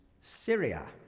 Syria